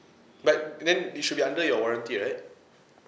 but then it should be under your warranty right